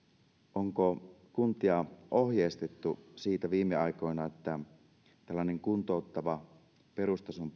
onko kuntia ohjeistettu viime aikoina siten ettei tällaista kuntouttavan perustason